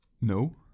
No